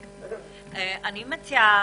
אני מציעה,